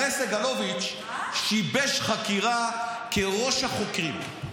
הרי סגלוביץ' שיבש חקירה כראש החוקרים.